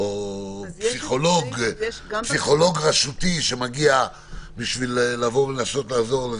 או למשל פסיכולוג רשותי שמגיע לעזור.